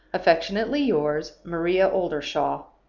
affectionately yours, maria oldershaw.